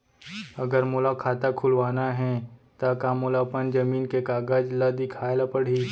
अगर मोला खाता खुलवाना हे त का मोला अपन जमीन के कागज ला दिखएल पढही?